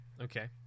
Okay